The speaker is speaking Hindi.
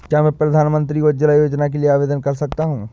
क्या मैं प्रधानमंत्री उज्ज्वला योजना के लिए आवेदन कर सकता हूँ?